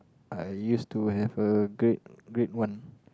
I used to have a great great one